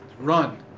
Run